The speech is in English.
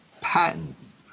patents